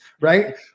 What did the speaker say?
right